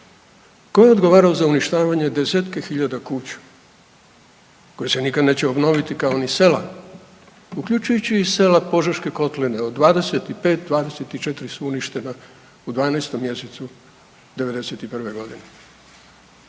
Tko je odgovarao za uništavanje 10-tke hiljada kuća koje se nikad neće obnoviti kao ni sela uključujući i sela Požeške kotline od 25, 24 su uništena u 12. mjesecu '91. godine.